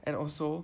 and also